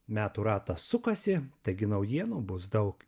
metų ratas sukasi taigi naujienų bus daug